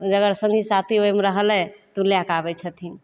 अगर सङ्गी साथी ओहिमे रहलै तऽ ओ लैके आबै छथिन